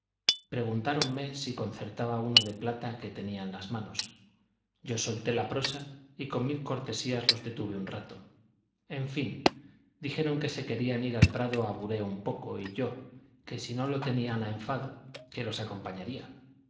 preguntáronme si concertaba uno de plata que tenía en las manos yo solté la prosa y con mil cortesías los detuve un rato en fin dijeron que se querían ir al prado a bureo un poco y yo que si no lo tenían a enfado que los acompañaría